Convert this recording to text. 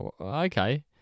okay